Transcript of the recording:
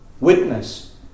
witness